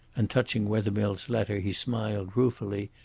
and touching wethermill's letter he smiled ruefully,